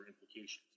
implications